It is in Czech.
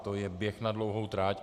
To je běh na dlouhou trať.